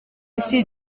isi